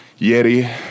Yeti